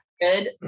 good